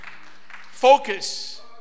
focus